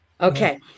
Okay